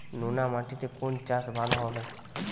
নোনা মাটিতে কোন চাষ ভালো হবে?